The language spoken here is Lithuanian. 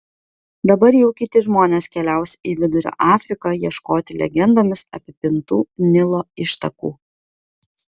dabar jau kiti žmonės keliaus į vidurio afriką ieškoti legendomis apipintų nilo ištakų